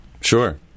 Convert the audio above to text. Sure